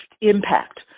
impact